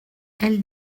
elle